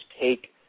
take